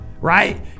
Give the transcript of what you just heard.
right